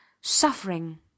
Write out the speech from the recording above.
suffering